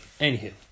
anywho